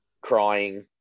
crying